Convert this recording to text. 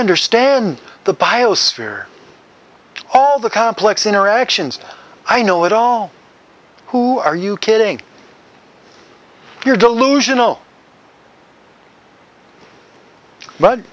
understand the biosphere all the complex interactions i know it all who are you kidding you're delusional but